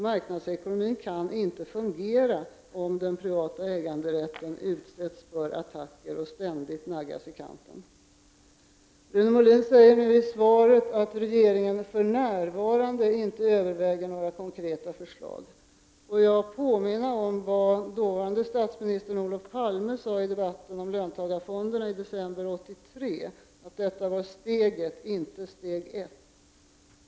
Marknadsekonomin kan inte fungera, om den privata äganderätten utsätts för attacker och ständigt naggas i kanten. Rune Molin säger nu i sitt svar att regeringen för närvarande inte förbereder några konkreta förslag. Får jag påminna om vad dåvarande statsminis tern Olof Palme sade i debatten om löntagarfonderna i december 1983, nämligen att detta var steget, inte steg 1.